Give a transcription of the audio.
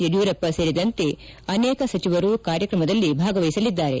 ಯಡಿಯೂರಪ್ಪ ಸೇರಿದಂತೆ ಅನೇಕ ಸಚಿವರು ಕಾರ್ಯಕ್ರಮದಲ್ಲಿ ಭಾಗವಹಿಸಲಿದ್ದಾರೆ